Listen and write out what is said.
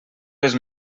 les